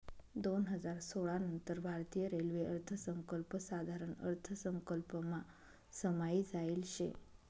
दोन हजार सोळा नंतर भारतीय रेल्वे अर्थसंकल्प साधारण अर्थसंकल्पमा समायी जायेल शे